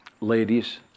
ladies